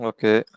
Okay